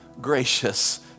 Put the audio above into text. gracious